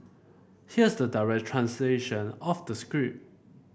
here's the direct translation of the script